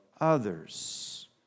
others